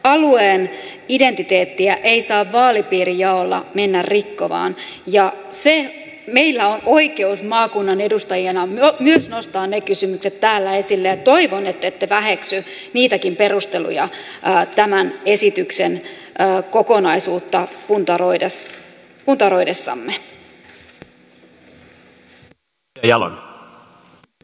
alueen identiteettiä ei saa vaalipiirijaolla mennä rikkomaan ja meillä on oikeus maakunnan edustajina myös nostaa ne kysymykset täällä esille ja toivon ettette väheksy niitäkin perusteluja tämän esityksen kokonaisuutta puntaroidessamme